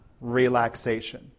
relaxation